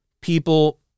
people